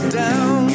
down